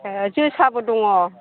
जोसाबो दङ